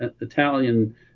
italian